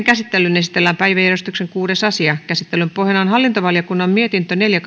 käsittelyyn esitellään päiväjärjestyksen kuudes asia käsittelyn pohjana on hallintovaliokunnan mietintö neljä